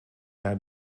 naar